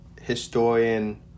historian